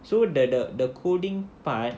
so the the the coding part